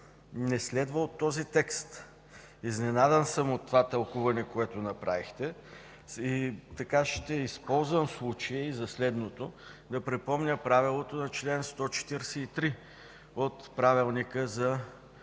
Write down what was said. не следва от този текст. Изненадан съм от тълкуването, което направихте. Ще използвам случая и за следното – да припомня правилото на чл. 143 от Правилника за